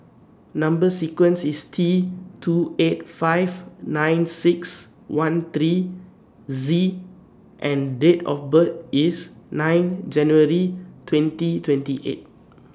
Number sequence IS T two eight five nine six one three Z and Date of birth IS nine January twenty twenty eight